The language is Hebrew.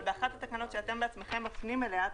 באחת התקנות שאתם בעצמכם מפנים אליה,